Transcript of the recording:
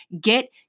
Get